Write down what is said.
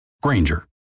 Granger